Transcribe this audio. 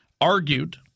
argued